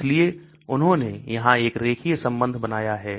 इसलिए उन्होंने यहां एक रेखीय संबंध बनाया है